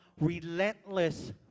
relentless